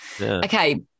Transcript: Okay